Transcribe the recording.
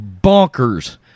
bonkers